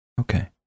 Okay